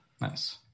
Nice